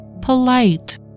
polite